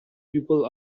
people